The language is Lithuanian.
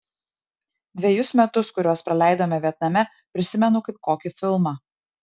dvejus metus kuriuos praleidome vietname prisimenu kaip kokį filmą